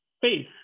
faith